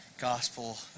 gospel